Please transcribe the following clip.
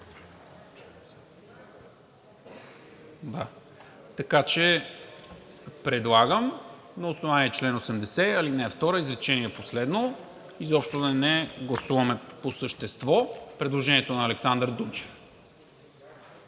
така че предлагам, на основание чл. 80, ал. 2, изречение последно изобщо да не гласуваме по същество предложението на Александър Дунчев.